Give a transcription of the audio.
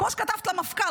כמו שכתבת למפכ"ל,